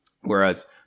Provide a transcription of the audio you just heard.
Whereas